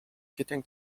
getting